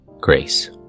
grace